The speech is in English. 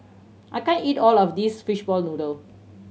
I can't eat all of this fishball noodle